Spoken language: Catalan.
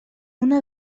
una